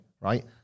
right